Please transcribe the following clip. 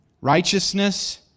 righteousness